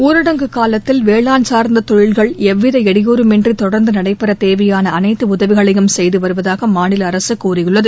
ஊரடங்கு காலத்தில் வேளான் சார்ந்த தொழில்கள் எவ்வித இடையூறுமின்றி தொடர்ந்து நடைபெற தேவையான அனைத்து உதவிகளையும் செய்து வருவதாக மாநில அரசு கூறியுள்ளது